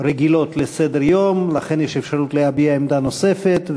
רגילות לסדר-יום, לכן יש אפשרות להביע עמדה נוספת.